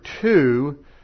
two